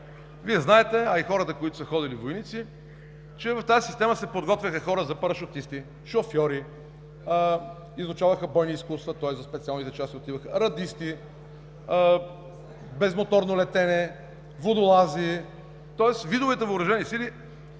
Вие знаете, а и хората, които са ходили войници, че в тази система се подготвяха хора за парашутисти, шофьори, изучаваха бойни изкуства. Тоест отиваха в специалните части – радисти, безмоторно летене, водолази, видовете въоръжени сили.